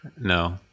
No